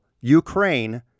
Ukraine